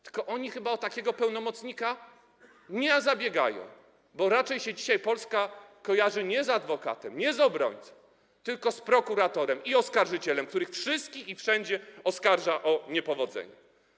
Tylko one chyba o takiego pełnomocnika nie zabiegają, bo dzisiaj Polska raczej kojarzy się nie z adwokatem, nie z obrońcą, tylko z prokuratorem i oskarżycielem, który wszystkich i wszędzie oskarża o niepowodzenia.